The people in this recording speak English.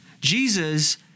Jesus